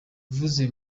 ivuze